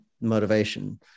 motivation